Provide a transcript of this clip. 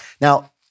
Now